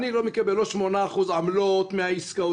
אני לא מקבל 8% עמלות מהעסקאות,